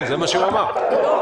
כל הזמן מדברים פה על מודל צוק איתן,